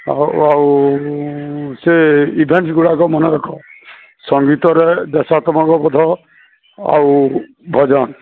ହଉ ଆଉ ସେ ଇଭେଣ୍ଟ୍ଗୁଡ଼ା ମନେ ରଖ ସଂଗୀତରେ ଦେଶତ୍ମାକବୋଧ ଆଉ ଭଜନ